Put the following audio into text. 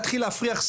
צריך להיות פה אחראים,